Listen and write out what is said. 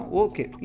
okay